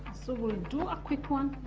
so we'll do a quick one.